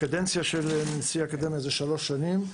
של נשיא אקדמיה היא 3 שנים,